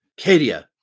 Cadia